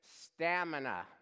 stamina